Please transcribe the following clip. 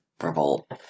Revolt